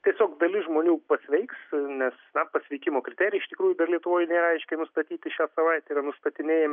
tiesiog dalis žmonių pasveiks nes pasveikimo kriterijai iš tikrųjų dar lietuvoj nėra aiškiai nustatyti šią savaitę yra nustatinėjami